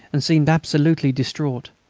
and seemed absolutely distraught.